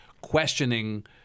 questioning